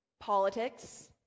politics